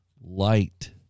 light